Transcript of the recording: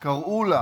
קראו לה